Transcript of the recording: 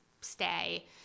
stay